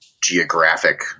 geographic